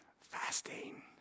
Fasting